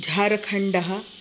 झारखण्डः